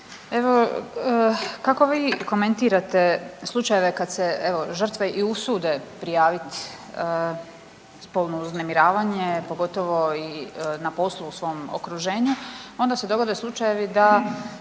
evo kako vi komentirate slučajeve kad se evo žrtve i usude prijavit spolno uznemiravanje pogotovo i na poslu, u svom okruženju, onda se dogode slučajevi da